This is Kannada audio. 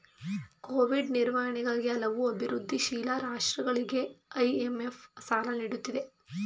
ಕೋವಿಡ್ ನಿರ್ವಹಣೆಗಾಗಿ ಹಲವು ಅಭಿವೃದ್ಧಿಶೀಲ ರಾಷ್ಟ್ರಗಳಿಗೆ ಐ.ಎಂ.ಎಫ್ ಸಾಲ ನೀಡುತ್ತಿದೆ